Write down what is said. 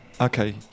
Okay